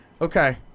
okay